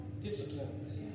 disciplines